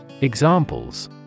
Examples